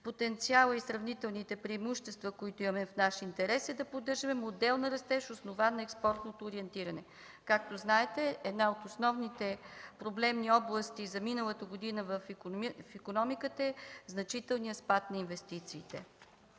потенциал и сравнителните преимущества, които имаме в наш интерес е да поддържаме модел на растеж, основан на експортното ориентиране. Както знаете, една от основните проблемни области за миналата година в икономиката е значителният спад на инвестициите.